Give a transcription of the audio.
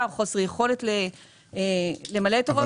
או חוסר יכולת למלא את הוראות החוק.